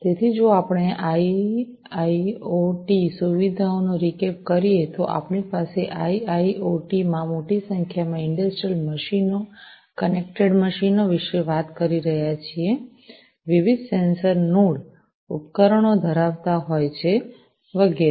તેથી જો આપણે આઈઆઈઑટી સુવિધાઓનો રીકેપ કરીએ તો આપણી પાસે આઈઆઈઑટી માં મોટી સંખ્યામાં ઇંડસ્ટ્રિયલ મશીનો કનેક્ટેડ મશીનો વિશે વાત કરી રહ્યા છીએ વિવિધ સેન્સર સેન્સર નોડ ઉપકરણો ધરાવતા હોય છે વગેરે